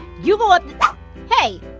you go up hey.